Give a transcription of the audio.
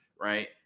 right